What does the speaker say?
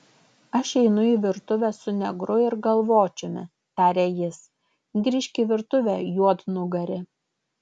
aš einu į virtuvę su negru ir galvočiumi tarė jis grįžk į virtuvę juodnugari